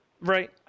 Right